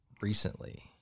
Recently